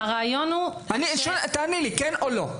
כן או לא?